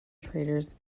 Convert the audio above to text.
traders